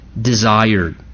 desired